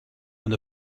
and